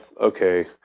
okay